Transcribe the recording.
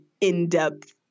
in-depth